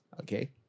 Okay